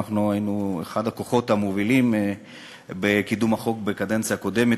ואנחנו היינו אחד הכוחות המובילים בקידום החוק בקדנציה הקודמת,